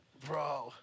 Bro